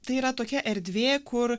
tai yra tokia erdvė kur